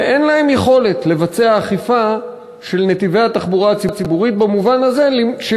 ואין להם יכולת לבצע אכיפה של נתיבי התחבורה הציבורית במובן הזה של